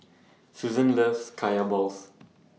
Susan loves Kaya Balls